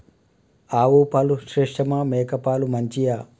ఆవు పాలు శ్రేష్టమా మేక పాలు మంచియా?